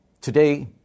Today